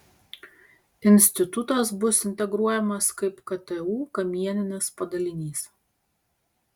institutas bus integruojamas kaip ktu kamieninis padalinys